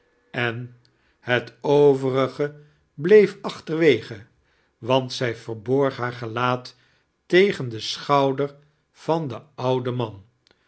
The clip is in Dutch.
en het overige bleef achterwege want zij verborg haar gelaat tegen den schouder van den ouden man